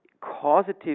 causative